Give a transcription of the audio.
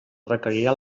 requerirà